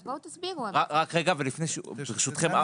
וברשותכם,